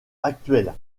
actuel